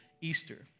Easter